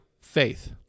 faith